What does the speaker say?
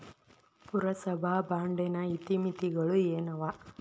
ಪುರಸಭಾ ಬಾಂಡಿನ ಇತಿಮಿತಿಗಳು ಏನವ?